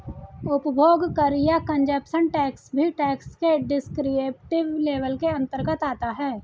उपभोग कर या कंजप्शन टैक्स भी टैक्स के डिस्क्रिप्टिव लेबल के अंतर्गत आता है